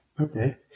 Okay